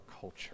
culture